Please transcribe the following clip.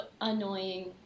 annoying